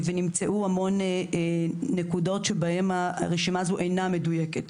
ונמצאו המון נקודות שבהם הרשימה הזו אינה מדויקת.